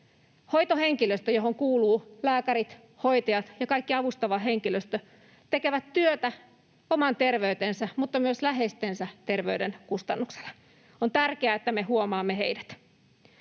Hoitohenkilöstö, johon kuuluvat lääkärit, hoitajat ja kaikki avustava henkilöstö, tekevät työtä oman terveytensä mutta myös läheistensä terveyden kustannuksella. On tärkeää, että me huomaamme heidät.